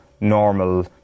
normal